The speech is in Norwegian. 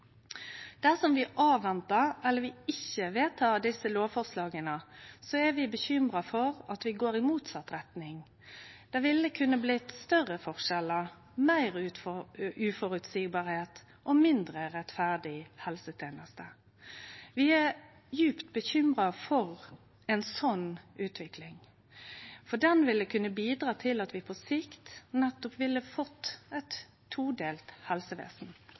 Dersom vi avventar eller ikkje vedtek desse lovforslaga, er vi bekymra for at vi går i motsett retning. Det kan bli større forskjellar, gjere det meir uføreseieleg og gje ei mindre rettferdig helseteneste. Vi er djupt bekymra for ei slik utvikling, for ho vil kunne bidra til at vi på sikt nettopp får eit todelt helsevesen.